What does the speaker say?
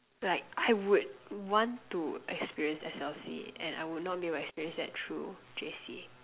like I would want to experience S_L_C and I would not bring my experience that through J_C